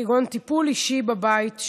כגון טיפול אישי בבית,